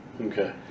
Okay